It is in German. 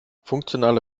funktionale